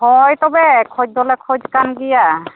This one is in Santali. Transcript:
ᱦᱳᱭ ᱛᱚᱵᱮ ᱠᱷᱚᱡᱽ ᱫᱚᱞᱮ ᱠᱷᱚᱡᱽ ᱠᱟᱱ ᱜᱮᱭᱟ